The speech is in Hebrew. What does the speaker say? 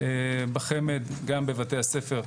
בחמ"ד גם בבתי הספר,